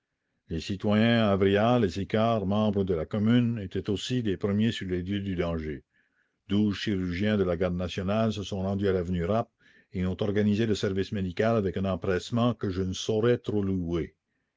les citoyens avrial et sicard membres de la commune étaient aussi des premiers sur les lieux du danger douze chirurgiens de la garde nationale se sont rendus à l'avenue rapp et ont organisé le service médical avec un empressement que je ne saurais trop louer